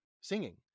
singing